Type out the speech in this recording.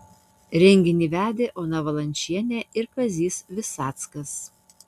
renginį vedė ona valančienė ir kazys visackas